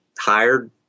hired